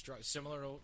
similar